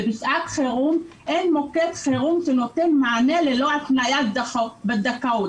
בשעת חירום אין מוקד חירום שנותן מענה ללא התניה של זכאות.